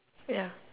ya